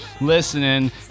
listening